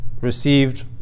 received